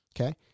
Okay